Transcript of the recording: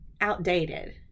outdated